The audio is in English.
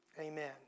Amen